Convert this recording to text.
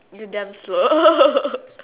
you damn slow